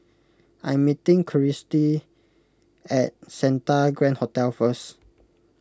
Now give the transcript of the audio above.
I am meeting Kirstie at Santa Grand Hotel first